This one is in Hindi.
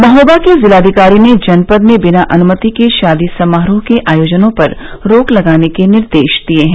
महोबा के जिलाधिकारी ने जनपद में बिना अनुमति के शादी समारोह के आयोजनों पर रोक लगाने के निर्देश हैं